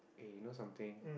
eh you know something